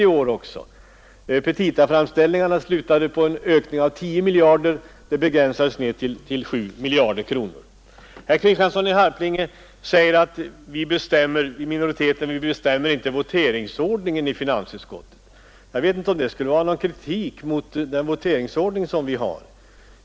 Totalt ökade petitaframställningarna med 10 miljarder kronor, men detta begränsades till 7 miljarder kronor i statsverkspropositionen. Herr Kristiansson i Harplinge säger att de som tillhör minoriteten inte bestämmer voteringsordningen i finansutskottet. Jag vet inte om detta skulle vara en kritik mot den voteringsordning som vi har.